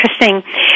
interesting